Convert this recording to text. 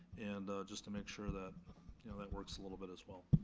and just to make sure that you know that works a little bit as well.